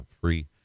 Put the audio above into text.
free